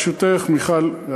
ברשותך, מיכל.